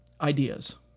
Ideas